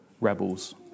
rebels